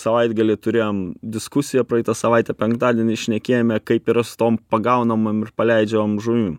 savaitgalį turėjom diskusiją praeitą savaitę penktadienį šnekėjome kaip yra stom pagaunamom ir paleidžiamom žuvim